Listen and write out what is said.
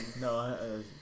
No